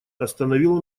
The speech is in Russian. остановил